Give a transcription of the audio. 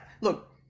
look